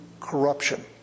corruption